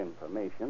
information